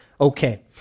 okay